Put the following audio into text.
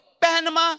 Panama